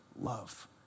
love